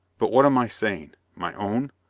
but what am i saying? my own?